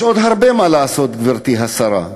יש עוד הרבה מה לעשות, גברתי השרה,